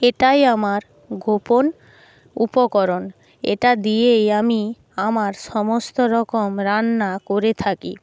এটাই আমার গোপন উপকরণ এটা দিয়েই আমি আমার সমস্ত রকম রান্না করে থাকি